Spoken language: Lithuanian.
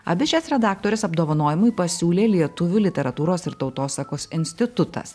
abi šias redaktores apdovanojimui pasiūlė lietuvių literatūros ir tautosakos institutas